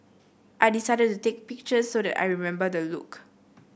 I decided to take pictures so that I remember the look